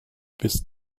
bis